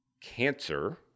Cancer